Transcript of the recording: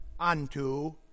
Unto